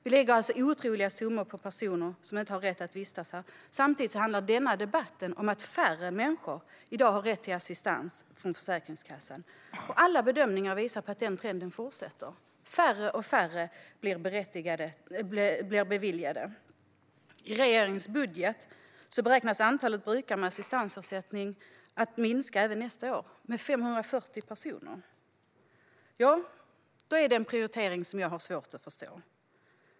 Vi lägger alltså otroliga summor på personer som inte har rätt att vistas här, och samtidigt handlar denna debatt om att färre människor i dag har rätt till assistansersättning från Försäkringskassan - och att alla bedömningar visar att trenden fortsätter. Färre och färre blir beviljade assistans. I regeringens budget beräknas antalet brukare med assistansersättning minska även nästa år, med 540 personer. Det är en prioritering som jag har svårt att förstå.